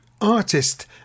artist